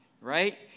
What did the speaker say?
right